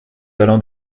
allons